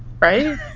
Right